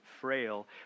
frail